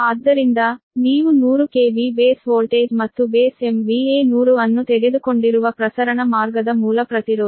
ಆದ್ದರಿಂದ ನೀವು 100 KV base voltage ಮತ್ತು ಬೇಸ್ MVA 100 ಅನ್ನು ತೆಗೆದುಕೊಂಡಿರುವ ಪ್ರಸರಣ ಮಾರ್ಗದ ಮೂಲ ಪ್ರತಿರೋಧ